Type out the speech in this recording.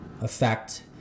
affect